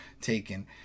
taken